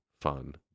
fun